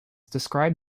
describe